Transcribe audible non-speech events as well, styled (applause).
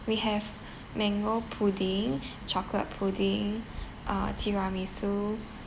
we have mango pudding (breath) chocolate pudding uh tiramisu